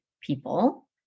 people